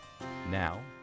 Now